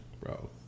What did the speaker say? Bro